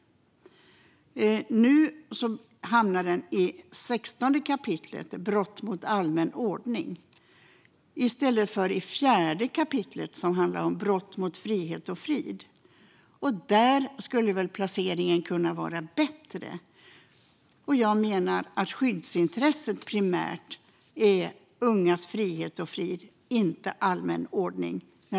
Nu hamnar det i 16 kap., som handlar om brott mot allmän ordning, i stället för i 4 kap. om brott mot frihet och frid. Där skulle en placering passa bättre. När det gäller detta brott menar jag att skyddsintresset primärt är ungas frihet och frid, inte allmän ordning.